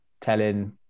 telling